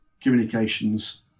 communications